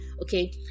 okay